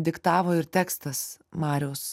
diktavo ir tekstas mariaus